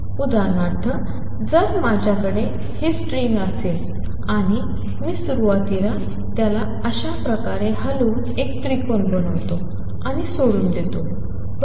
उदाहरणार्थ जर माझ्याकडे ही स्ट्रिंग असेल आणि मी सुरुवातीला त्याला अशा प्रकारे हलवून एक त्रिकोण बनवतो आणि सोडून देतो बरोबर